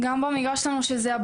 שניים.